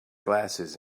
glasses